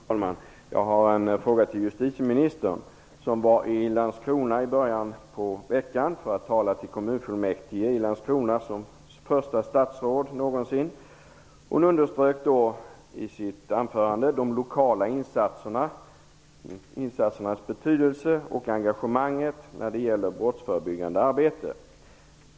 Fru talman! Jag har en fråga till justitieministern som var i Landskrona i början av veckan för att tala till kommunfullmäktige i Landskrona som första statsråd någonsin. I sitt anförande underströk justitieministern betydelsen av de lokala insatserna och engagemanget för det brottsförebyggande arbetet.